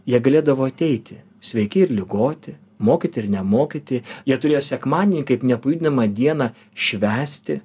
jie galėdavo ateiti sveiki ir ligoti mokyti ir nemokyti jie turėjo sekmadienį kaip nepajudinamą dieną švęsti